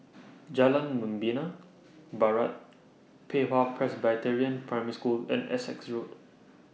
Jalan Membina Barat Pei Hwa Presbyterian Primary School and Essex Road